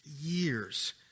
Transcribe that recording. years